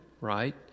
right